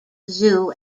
zoo